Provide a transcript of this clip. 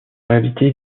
réalité